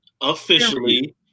officially